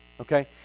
Okay